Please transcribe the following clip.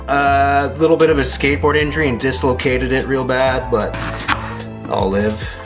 a little bit of a skateboard injury and dislocated it real bad, but i'll live.